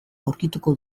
aurkituko